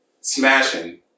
smashing